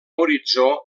horitzó